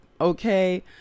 Okay